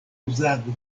uzado